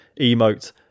emote